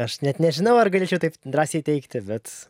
aš net nežinau ar galėčiau taip drąsiai teigti bet